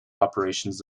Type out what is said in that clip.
operations